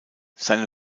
seine